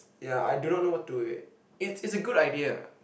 ya I do not know what do it it's it's a good idea